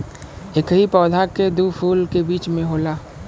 एकही पौधा के दू फूल के बीच में होला